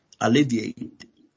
alleviate